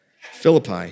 Philippi